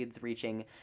reaching